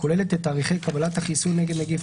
הכוללת את תאריכי קבלת החיסון נגד נגיף